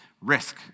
risk